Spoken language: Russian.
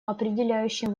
определяющим